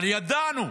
אבל ידענו.